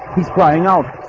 he's flying out